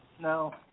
No